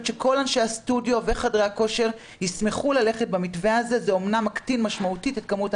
איגודי ספורט שיש להם מכוני כושר --- ומי שאין לו?